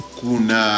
kuna